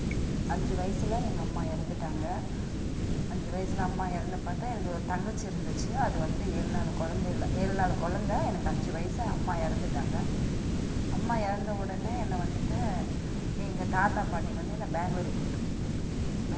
அஞ்சு வயசுல எங்கள் அம்மா இறந்துட்டாங்க அஞ்சு வயசுல அம்மா இறந்து பார்த்தா எனக்கு ஒரு தங்கச்சி இருந்துச்சு அது வந்து ஏழு நாள் கொழந்தையில ஏழு நாள் கொழந்த எனக்கு அஞ்சு வயசு அம்மா எறந்துட்டாங்க அம்மா இறந்த உடனே என்னை வந்துட்டு எங்கள் தாத்தா பாட்டி வந்து என்ன பேங்களூர் கூப்பிட்டு போயிட்டாங்க